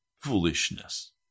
foolishness